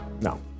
No